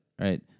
right